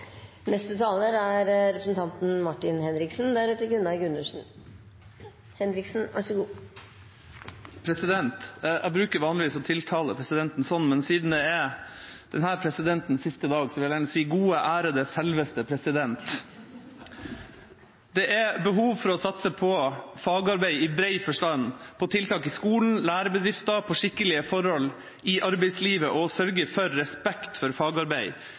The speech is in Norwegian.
Jeg bruker vanligvis ikke å tiltale presidenten sånn, men siden dette er denne presidentens siste dag, vil jeg gjerne si: Gode, ærede, selveste president! Det er behov for å satse på fagarbeid i bred forstand, på tiltak i skolen og lærebedrifter, på skikkelige forhold i arbeidslivet, og for å sørge for respekt for fagarbeid.